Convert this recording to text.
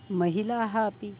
महिलाः अपि